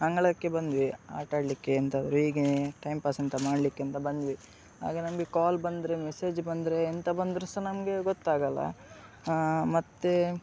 ಅಂಗಳಕ್ಕೆ ಬಂದ್ವಿ ಆಟಾಡಲಿಕ್ಕೆ ಎಂತಾದರು ಹೀಗೆ ಟೈಮ್ ಪಾಸ್ ಎಂತ ಮಾಡಲಿಕ್ಕೆ ಅಂತ ಬಂದಿವಿ ಆಗ ನಮಗೆ ಕಾಲ್ ಬಂದರೆ ಮೆಸೇಜ್ ಬಂದರೆ ಎಂತ ಬಂದರು ಸಹ ನಮಗೆ ಗೊತ್ತಾಗೊಲ್ಲ ಮತ್ತೆ